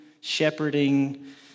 shepherding